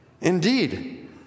Indeed